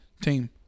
team